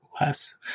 less